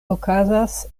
okazas